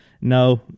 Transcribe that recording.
no